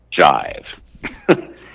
jive